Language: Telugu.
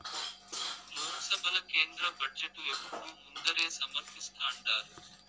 లోక్సభల కేంద్ర బడ్జెటు ఎప్పుడూ ముందరే సమర్పిస్థాండారు